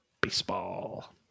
baseball